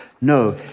No